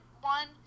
one